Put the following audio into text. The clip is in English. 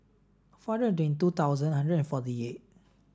four hundred twenty two thousand hundred forty eight